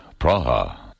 Praha